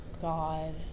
God